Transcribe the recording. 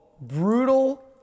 brutal